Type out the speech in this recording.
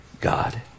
God